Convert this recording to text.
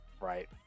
right